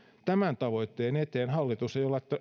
tämän tavoitteen eteen hallitus